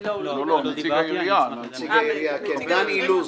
לדן אילוז,